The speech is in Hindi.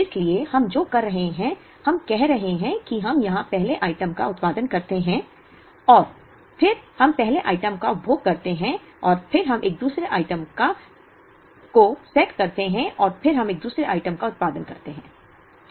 इसलिए हम जो कर रहे हैं हम कह रहे हैं कि हम यहां पहले आइटम का उत्पादन करते हैं और फिर हम पहले आइटम का उपभोग करते हैं और फिर हम दूसरे आइटम को सेट करते हैं और फिर हम एक दूसरे आइटम का उत्पादन करते हैं